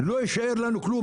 לא יישאר לנו כלום,